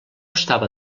estava